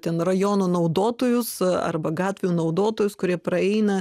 ten rajono naudotojus arba gatvių naudotojus kurie praeina